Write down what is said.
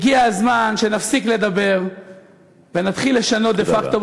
הגיע הזמן שנפסיק לדבר ונתחיל לשנות דה-פקטו,